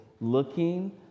looking